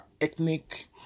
ethnic